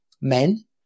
men